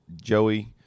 Joey